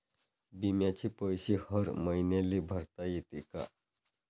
बिम्याचे पैसे हर मईन्याले भरता येते का?